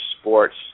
sports